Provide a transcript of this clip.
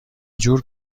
جور